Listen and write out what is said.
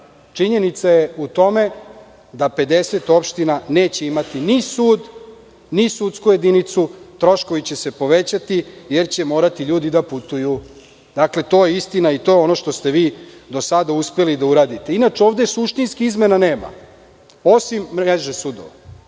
Činjenica je u tome da 50 opština neće imati ni sud ni sudsku jedinicu, troškovi će se povećati jer će ljudi morati da putuju. To je istina i to je ono što ste vi do sada uspeli da uradite. Inače, ovde suštinski izmena nema, osim mreže sudova.